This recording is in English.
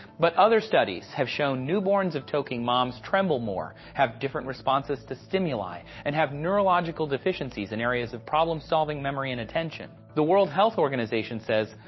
but other studies have shown newborns of toking moms tremble more, have different responses to stimuli, and have neurological deficiencies in areas of problem solving, memory, and attention. the world health organization says,